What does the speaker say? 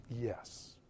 Yes